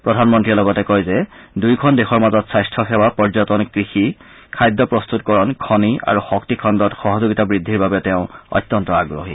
প্ৰধানমন্ত্ৰীয়ে লগতে কয় যে দুয়োখন দেশৰ মাজত স্বাস্থাসেৱা পৰ্যটন কৃষি খাদ্য প্ৰস্তুতকৰণ খনি আৰু শক্তিখণ্ডত সহযোগিতা বৃদ্ধিৰ বাবে তেওঁ অত্যন্ত আগ্ৰহী